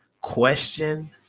Question